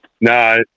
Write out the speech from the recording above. No